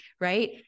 Right